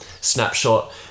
snapshot